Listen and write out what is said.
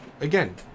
again